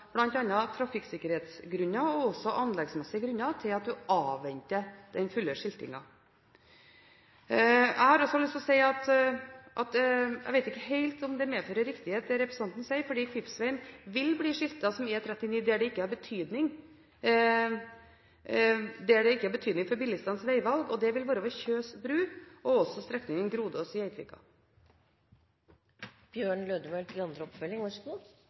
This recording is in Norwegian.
trafikksikkerhetsgrunner og anleggsmessige grunner til at man avventer full skilting. Jeg har også lyst til å si at jeg ikke helt vet om det medfører riktighet det representanten sier, fordi Kvivsvegen vil bli skiltet som E39 der det ikke har betydning for bilistenes veivalg. Det vil være ved Kjøs bru og også på strekningen